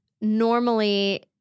normally